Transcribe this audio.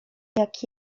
jak